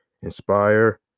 inspire